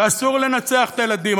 ואסור לנצח את הילדים.